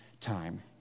time